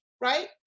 right